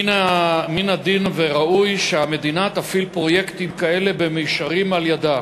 מן הדין וראוי שהמדינה תפעיל פרויקטים כאלה במישרין על-ידה,